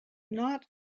not